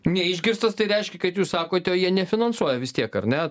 neišgirstas tai reiškia kad jūs sakote jie nefinansuoja vis tiek ar ne